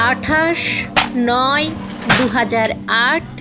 আঠাশ নয় দু হাজার আট